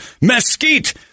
mesquite